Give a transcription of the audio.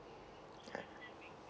ah